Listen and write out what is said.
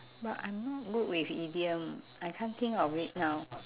but I'm not good with idiom I can't think of it now